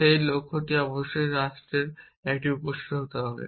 যে লক্ষ্যটি অবশ্যই রাষ্ট্রের একটি উপসেট হতে হবে